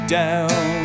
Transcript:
down